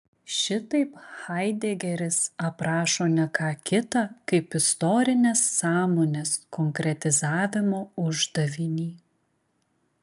šitaip haidegeris aprašo ne ką kita kaip istorinės sąmonės konkretizavimo uždavinį